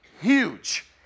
huge